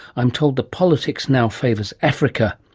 i'm told the politics now favours africa,